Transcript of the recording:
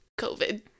COVID